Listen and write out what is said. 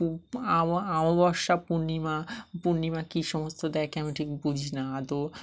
আ আমাবস্যা পূর্ণিমা পূর্ণিমা কী সমস্ত দেখে আমি ঠিক বুঝি না আদৌ